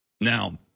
Now